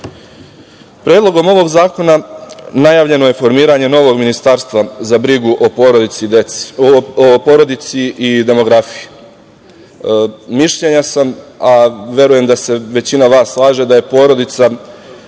Srbije. Predlogom ovog zakona najavljeno je formiranje novog Ministarstva za brigu o porodici i demografiji. Mišljenja sam, a verujem da se većina vas slaže, da je porodica